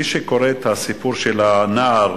מי שקורא את הסיפור של הנער